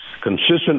consistent